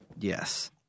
Yes